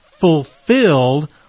fulfilled